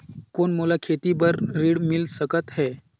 कौन मोला खेती बर ऋण मिल सकत है?